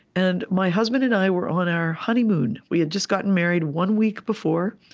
and my husband and i were on our honeymoon. we had just gotten married one week before,